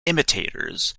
imitators